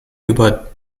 über